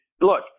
look